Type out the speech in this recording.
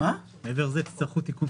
מעבר לזה תצטרכו תיקון חקיקה.